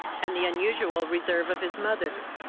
and the unusual reserve of his mother.